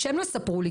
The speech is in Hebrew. שהם לא יספרו לי,